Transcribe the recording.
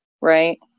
Right